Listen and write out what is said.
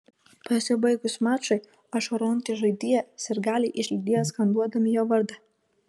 pasibaigus mačui ašarojantį žaidėją sirgaliai išlydėjo skanduodami jo vardą